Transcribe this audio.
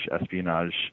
espionage